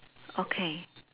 okay